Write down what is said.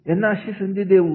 यांना अशी संधी देऊन